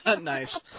Nice